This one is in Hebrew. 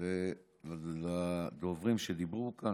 לחלק מהדברים של הדוברים שדיברו כאן,